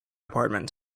apartment